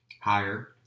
Higher